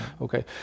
Okay